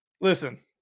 Listen